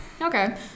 Okay